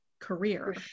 career